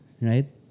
Right